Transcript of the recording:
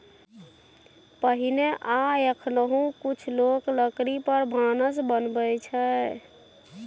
पहिने आ एखनहुँ कुछ लोक लकड़ी पर भानस बनबै छै